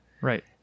Right